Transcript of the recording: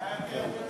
זה היה יותר מוצלח.